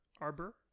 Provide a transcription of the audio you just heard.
Arbor